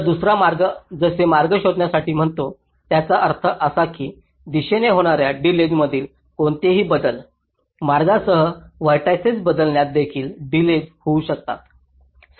तर दुसरा मार्ग असे मार्ग शोधण्यासाठी म्हणतो याचा अर्थ असा की दिशेने होणाऱ्या डिलेज मधील कोणतेही बदल मार्गासह व्हर्टिसिस बदलण्यात देखील डिलेज होऊ शकतात